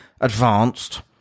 advanced